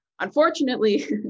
Unfortunately